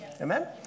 Amen